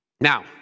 Now